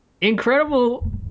Incredible